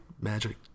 magic